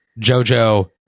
JoJo